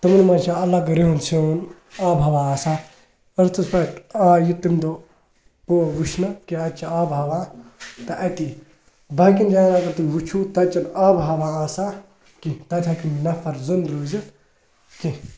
تِمَن مَنٛز چھِ الگ رہن سہن آب و ہوا آسان أرتھَس پٮ۪ٹھ آیہِ تَمہِ دۄہ وُچھنہٕ کہِ اَتہِ چھِ آب و ہوا تہٕ اَتی باقیَن جایَن اگر تُہۍ وُچھِو تَتہِ چھَنہٕ آب و ہوا آسان کیٚنٛہہ تَتہِ ہیٚکہِ نہٕ نَفَر زنٛدٕ روٗزِتھ کیٚنٛہہ